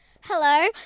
Hello